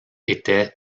était